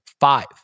Five